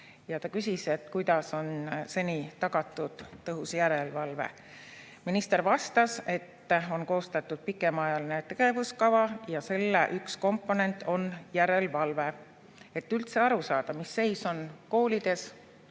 Ta küsis, kuidas on seni tagatud tõhus järelevalve. Minister vastas, et on koostatud pikemaajaline tegevuskava ja selle üks komponent on järelevalve, et üldse aru saada, mis seis on koolides,